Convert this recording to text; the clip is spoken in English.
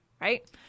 right